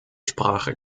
sprache